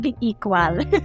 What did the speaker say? equal